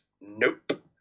nope